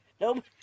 nope